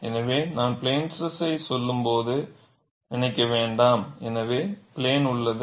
எனவே நான் பிளேன் ஸ்ட்ரெஸை சொல்லும்போது நினைக்க வேண்டாம் எல்லாம் பிளேன் உள்ளது